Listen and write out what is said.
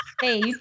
Hey